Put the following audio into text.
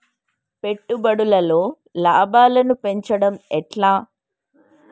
పెట్టుబడులలో లాభాలను పెంచడం ఎట్లా?